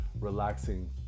relaxing